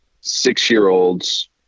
six-year-olds